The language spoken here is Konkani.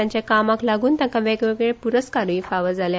तांच्या कामाक लागून तांका वेगवेगळे पूरस्कारूय फावो जाला